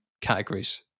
categories